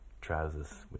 trousers